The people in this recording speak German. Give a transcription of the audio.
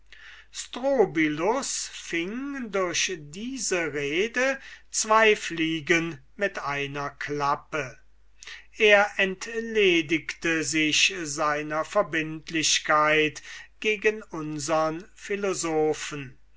durch diese rede zwo fliegen mit einer klappe er entledigte sich seiner verbindlichkeit gegen unsern philosophen